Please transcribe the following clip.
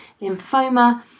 lymphoma